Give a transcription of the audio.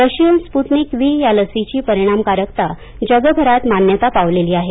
Russian Sputnik V या लसीची परिणामकारकता जगभरात मान्यता पावलेली आहे